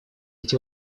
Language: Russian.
эти